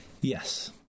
yes